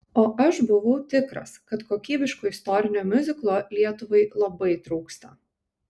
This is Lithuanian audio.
o aš buvau tikras kad kokybiško istorinio miuziklo lietuvai labai trūksta